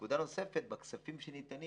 נקודה נוספת בכספים שניתנים